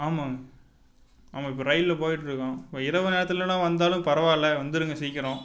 ஆமாங்க ஆமாம் இப்போ ரயிலில் போயிட்டிருக்கோம் இரவு நேரத்திலன்னா வந்தாலும் பரவாயில்ல வந்துடுங்க சீக்கரம்